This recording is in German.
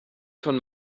von